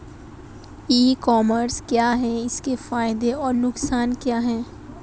ई commerce क्या है इसके फायदे और नुकसान क्या है?